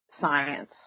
science